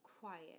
quiet